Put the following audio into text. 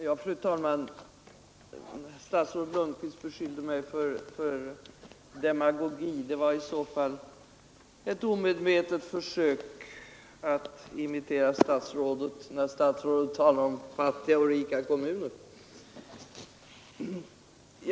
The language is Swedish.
Fru talman! Statsrådet Lundkvist beskyllde mig för demagogi, men det var i så fall ett omedvetet försök av mig att imitera statsrådets tal om fattiga och rika kommuner.